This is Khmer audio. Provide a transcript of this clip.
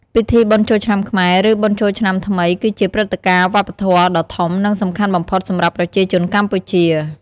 ពិធីបុណ្យចូលឆ្នាំខ្មែរ ឬ បុណ្យចូលឆ្នំាថ្មី គឺជាព្រឹត្តិការណ៍វប្បធម៌ដ៏ធំ និងសំខាន់បំផុតសម្រាប់ប្រជាជនកម្ពុជា។